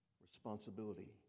responsibility